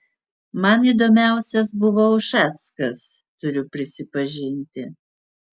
man įdomiausias buvo ušackas turiu prisipažinti